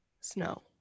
snow